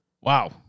Wow